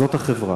זאת החברה